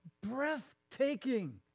breathtaking